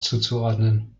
zuzuordnen